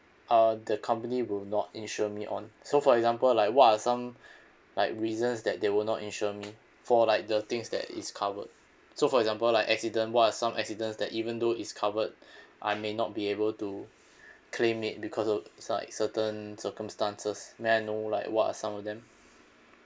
uh the company will not insure me on so for example like what are some like reasons that they will not insure me for like the things that is covered so for example like accident what are some accidents that even though is covered I may not be able to claim it because of like certain circumstances may I know like what are some of them